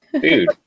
dude